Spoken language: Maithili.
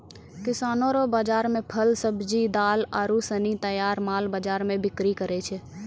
किसानो रो बाजार मे फल, सब्जी, दाल आरू सनी तैयार माल बाजार मे बिक्री करै छै